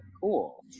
cool